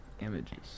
images